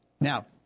Now